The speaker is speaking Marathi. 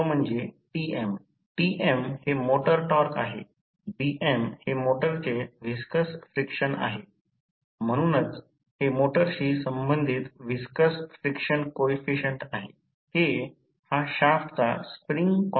जेव्हा ट्रान्सफॉर्मर ओपन सर्किट चाचणीसाठी जोडले केले जाते तेव्हा शॉर्ट सर्किट चाचण्या करता तेव्हा उपकरणाचे वाचन काय असेल